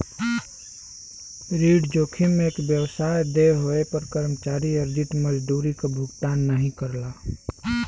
ऋण जोखिम में एक व्यवसाय देय होये पर कर्मचारी अर्जित मजदूरी क भुगतान नाहीं करला